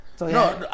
No